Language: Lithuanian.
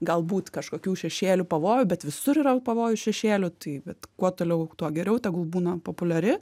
galbūt kažkokių šešėlių pavojų bet visur yra pavojų šešėlių tai bet kuo toliau tuo geriau tegul būna populiari